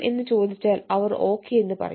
എന്ന് ചോദിച്ചാൽ അവർ ഓകെ എന്ന് പറയും